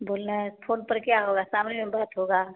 बोलना है फ़ोन पर क्या होगा सामने में बात होगी